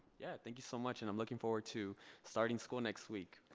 yeah thank you so much and i'm looking forward to starting school next week.